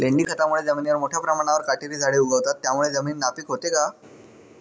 लेंडी खतामुळे जमिनीवर मोठ्या प्रमाणावर काटेरी झाडे उगवतात, त्यामुळे जमीन नापीक होते का?